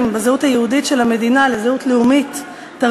בזהות היהודית של המדינה לזהות לאומית-תרבותית,